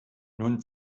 nun